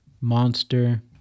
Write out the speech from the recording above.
Monster